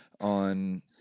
on